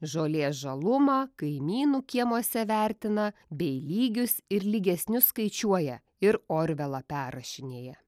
žolės žalumą kaimynų kiemuose vertina bei lygius ir lygesnius skaičiuoja ir orvelą perrašinėja